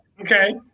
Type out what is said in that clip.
Okay